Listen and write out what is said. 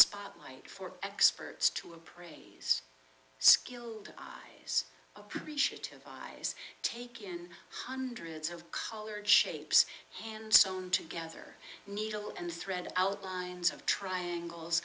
spotlight for experts to appraise skilled eyes appreciative eyes taken hundreds of colored shapes hand sewn together needle and thread outlines of triangles